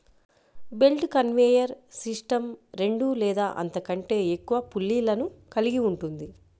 belt conveyor system రెండు లేదా అంతకంటే ఎక్కువ పుల్లీలను కలిగి ఉంటుంది